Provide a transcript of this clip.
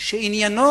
שעניינו